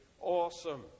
awesome